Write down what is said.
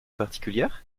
particulière